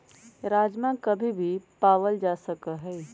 राजमा कभी भी पावल जा सका हई